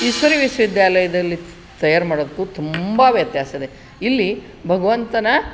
ಈಶ್ವರಿ ವಿಶ್ವ ವಿದ್ಯಾಲಯದಲ್ಲಿ ತಯಾರು ಮಾಡೋದಕ್ಕೂ ತುಂಬ ವ್ಯತ್ಯಾಸ ಇದೆ ಇಲ್ಲಿ ಭಗವಂತನ